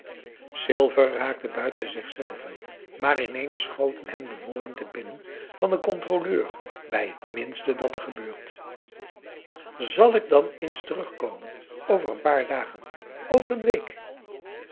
silver raakte buiten zichzelven maar ineens schoten hem de woorden te binnen van den controleur bij t minste dat er gebeurt zal ik dan eens terugkomen over een paar dagen over een week